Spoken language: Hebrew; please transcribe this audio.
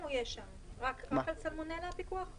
רק על סלמונלה אין פיקוח?